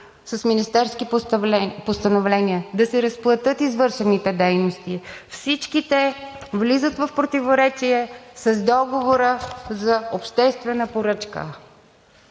с министерски постановления да се разплатят извършените дейности, всички те влизат в противоречие с договора за обществена поръчка,